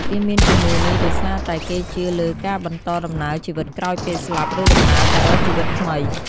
គេមានជំនឿនេះដោយសារតែគេជឿលើការបន្តដំណើរជីវិតក្រោយពេលស្លាប់ ឬដំណើរទៅរកជីវិតថ្មី។